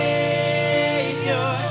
Savior